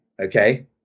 okay